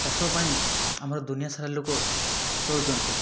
ଚାଷ ପାଇଁ ଆମର ଦୁନିଆ ସାରା ଲୋକ ଚଳୁଛନ୍ତି